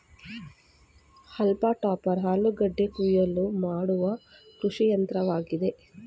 haulm topper ಆಲೂಗೆಡ್ಡೆ ಕುಯಿಲು ಮಾಡುವ ಕೃಷಿಯಂತ್ರವಾಗಿದೆ